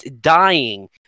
dying